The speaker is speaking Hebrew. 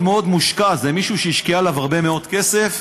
מאוד מושקע זה מישהו שהשקיע עליו הרבה מאוד כסף